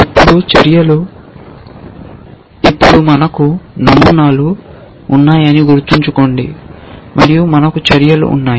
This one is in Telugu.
ఇప్పుడు మనకు నమూనాలు ఉన్నాయని గుర్తుంచుకోండి మరియు మనకు చర్యలు ఉన్నాయి